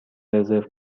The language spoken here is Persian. رزرو